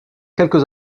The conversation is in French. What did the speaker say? quelques